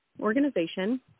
organization